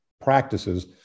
practices